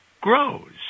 grows